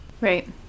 Right